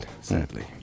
sadly